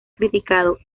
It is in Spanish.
criticado